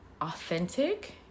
authentic